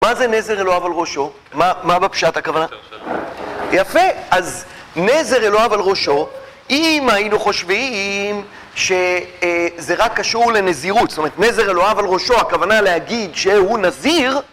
מה זה נזר אלוהיו על ראשו? מה בפשט הכוונה? יפה, אז נזר אלוהיו על ראשו אם היינו חושבים שזה רק קשור לנזירות זאת אומרת נזר אלוהיו על ראשו הכוונה להגיד שהוא נזיר...